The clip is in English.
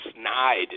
snide